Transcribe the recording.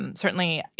and certainly, you